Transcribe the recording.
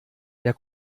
der